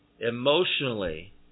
emotionally